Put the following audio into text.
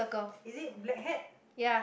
is it black hat